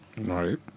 Right